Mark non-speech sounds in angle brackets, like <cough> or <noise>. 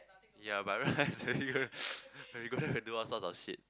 ya but right <laughs> when we go there we do all sorts of shit